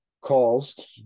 calls